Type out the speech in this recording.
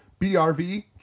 BRV